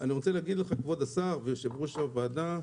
אני רוצה להגיד לכבוד השר וליושב-ראש הוועדה: